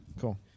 cool